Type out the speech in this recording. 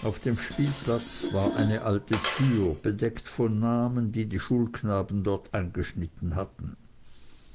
auf dem spielplatz war eine alte tür bedeckt von namen die die schulknaben dort eingeschnitten hatten